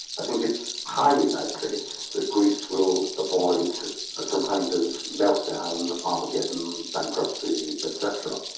i think it's highly likely that greece will avoid some kind of meltdown, armageddon, bankruptcy etc.